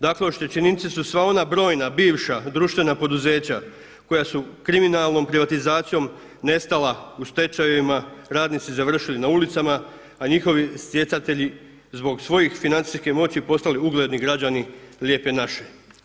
Dakle, oštećenici su sva ona brojna bivša društvena poduzeća koja su kriminalnom privatizacijom nestala u stečajevima, radnici završili na ulicama, a njihovi stjecatelji zbog svoje financijske moći postali ugledni građani Lijepe naše.